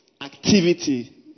activity